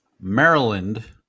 Maryland